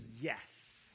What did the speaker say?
yes